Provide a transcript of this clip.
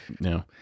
No